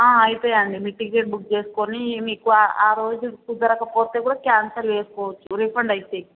అవుతాయండి మీ ticket book చేసుకొని మీకు ఆరోజు కుదరకపోతే కూడా క్యాన్సల్ చేసుకోవచ్చు రీఫండ్ అవుతాయి